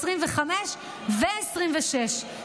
לשנת 2025 ולשנת 2026,